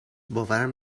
باورم